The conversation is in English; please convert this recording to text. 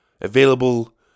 available